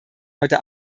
heute